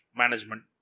management